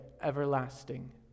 everlasting